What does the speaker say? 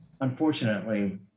unfortunately